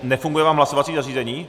Nefunguje vám hlasovací zařízení?